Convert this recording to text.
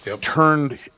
Turned